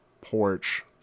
porch